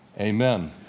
Amen